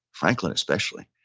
franklin especially,